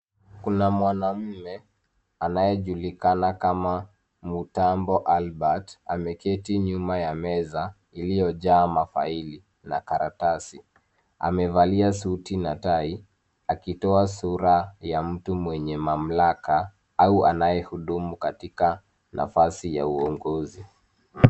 Kuna mwanaume anayejulikana kama MUTAMBO ALBERT ameketi nyuma ya meza iliyojaa mafaili na karatasi. Amevalia suti na tai akitoa sura ya mtu mwenye mamlaka au anayehudumu katika nafasi ya uongozi.